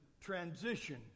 transition